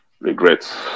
Regrets